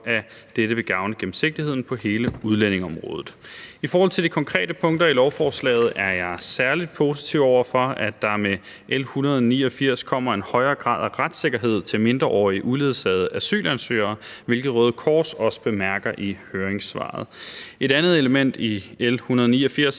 at dette vil gavne gennemsigtigheden på hele udlændingeområdet. I forhold til de konkrete punkter i lovforslaget er jeg særlig positiv over for, at der med L 189 kommer en højere grad af retssikkerhed for mindreårige uledsagede asylansøgere, hvilket Røde Kors også bemærker i høringssvaret. Et andet element i L 189 er